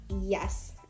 Yes